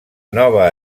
nova